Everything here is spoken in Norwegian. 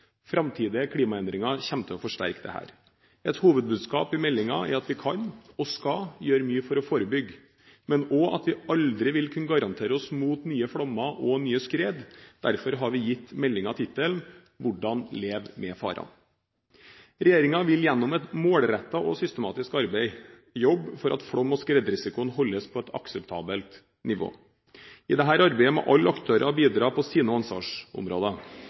Framtidige klimaendringer kommer til å forsterke dette. Et hovedbudskap i meldingen er at vi kan – og skal – gjøre mye for å forebygge, men også at vi aldri vil kunne gardere oss mot nye flommer og nye skred. Derfor har vi gitt meldingen tittelen Hvordan leve med farene. Regjeringen vil gjennom et målrettet og systematisk arbeid jobbe for at flom- og skredrisikoen holdes på et akseptabelt nivå. I dette arbeidet må alle aktører bidra på sine